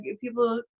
people